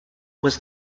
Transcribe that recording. was